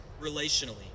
relationally